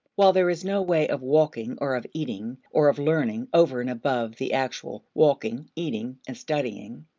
while there is no way of walking or of eating or of learning over and above the actual walking, eating, and studying,